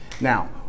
Now